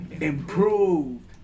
improved